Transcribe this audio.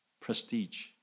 Prestige